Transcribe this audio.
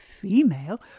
female